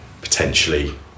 potentially